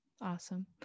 Awesome